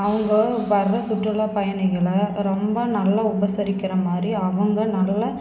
அவுங்க வர்ற சுற்றுலாப் பயணிகளை ரொம்ப நல்லா உபசரிக்கிற மாதிரி அவங்க நல்ல